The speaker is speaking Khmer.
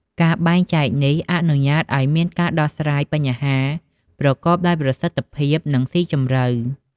ការបែងចែកនេះអនុញ្ញាតឱ្យមានការដោះស្រាយបញ្ហាប្រកបដោយប្រសិទ្ធភាព និងស៊ីជម្រៅ។